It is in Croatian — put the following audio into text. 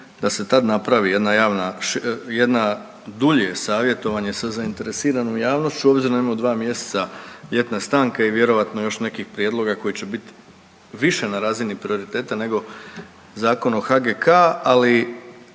da se tad napravi jedna javna, jedno dulje savjetovanje sa zainteresiranom javnošću obzirom da imamo dva mjeseca ljetne stanke i vjerojatno još nekih prijedloga koji će biti više na razini prioriteta nego Zakon o HGK. Ali